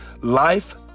Life